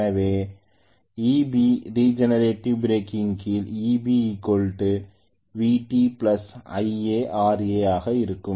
எனவே Eb regenerative braking கீழ் E b V t I a R a ஆக இருக்கும்